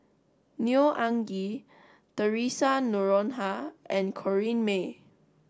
Neo Anngee Theresa Noronha and Corrinne May